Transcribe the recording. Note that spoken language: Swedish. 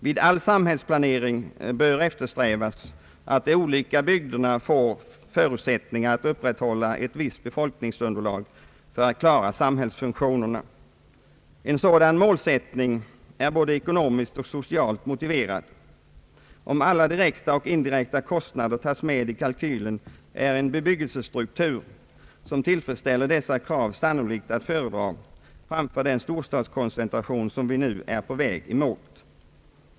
Vid all samhällsplanering bör eftersträvas att de olika bygderna får förutsättningar att upprätthålla ett visst befolkningsunderlag för att klara samhällsfunktionerna. En sådan målsättning är både ekonomiskt och socialt motiverad. Om alla direkta och indirekta kostnader tas med i kalkylerna, är en bebyggelsestruktur som tillfredsställer dessa krav sannolikt att föredra framför den storstadskoncentration som vi nu är på väg mot.